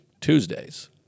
Tuesdays